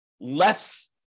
less